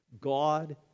God